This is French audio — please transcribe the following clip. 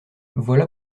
voilà